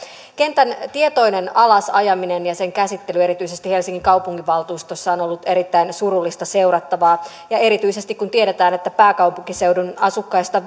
kentän tietoinen alasajaminen ja sen käsittely erityisesti helsingin kaupunginvaltuustossa on ollut erittäin surullista seurattavaa erityisesti kun tiedetään että pääkaupunkiseudun asukkaista